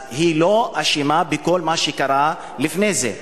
אז היא לא אשמה בכל מה שקרה לפני זה.